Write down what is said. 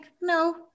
no